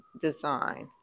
design